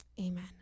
amen